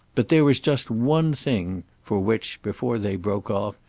but there was just one thing for which, before they broke off,